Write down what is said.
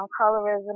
colorism